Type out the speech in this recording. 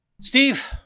Steve